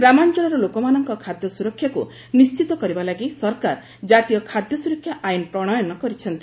ଗ୍ରାମାଞ୍ଚଳର ଲୋକମାନଙ୍କ ଖାଦ୍ୟସ୍କରକ୍ଷାକୁ ନିଶ୍ଚିତ କରିବା ଲାଗି ସରକାର ଜାତୀୟ ଖାଦ୍ୟସ୍କରକ୍ଷା ଆଇନ୍ ପ୍ରଶୟନ କରିଛନ୍ତି